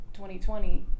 2020